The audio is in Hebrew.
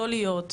לא להיות?